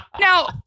Now